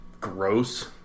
gross